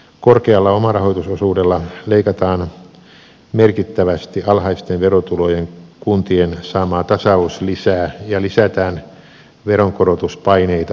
korkealla omarahoitusosuudella leikataan merkittävästi alhaisten verotulojen kuntien saamaa tasauslisää ja lisätään veronkorotuspaineita noissa kunnissa